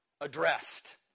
addressed